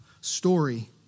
story